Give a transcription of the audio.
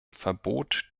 verbot